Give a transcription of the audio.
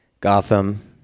Gotham